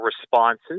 responses